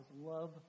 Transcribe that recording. love